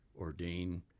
ordain